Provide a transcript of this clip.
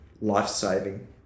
life-saving